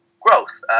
Growth